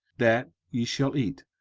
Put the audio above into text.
that ye shall eat.